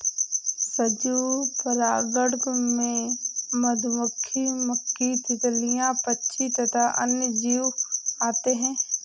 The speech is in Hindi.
सजीव परागणक में मधुमक्खी, मक्खी, तितलियां, पक्षी तथा अन्य जीव आते हैं